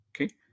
Okay